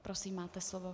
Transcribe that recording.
Prosím, máte slovo.